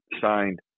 signed